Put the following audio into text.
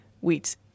wheat